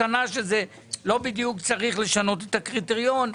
ולא בדיוק צריך לשנות את הקריטריון.